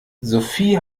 sophie